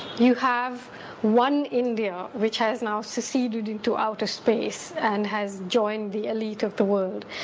you have one india which has now seceded into outer space and has joined the elite of the world,